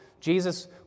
Jesus